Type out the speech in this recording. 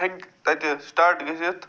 ہٮ۪کہِ اَتہِ سِٹاٹ گٔژھِتھ